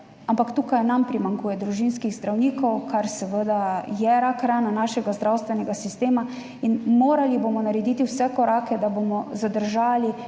ampak tukaj nam primanjkuje družinskih zdravnikov, kar seveda je rakrana našega zdravstvenega sistema, in morali bomo narediti vse korake, da bomo zadržali